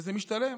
וזה משתלם,